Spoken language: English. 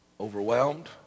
overwhelmed